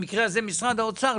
במקרה הזה משרד האוצר,